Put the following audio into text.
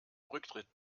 rücktritt